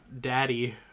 daddy